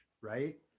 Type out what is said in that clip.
right